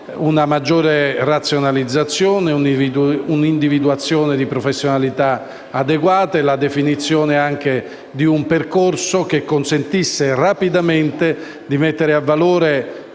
una maggiore razionalizzazione, l'individuazione di professionalità adeguate e la definizione di un percorso che consentisse rapidamente di mettere a valore